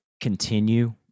continue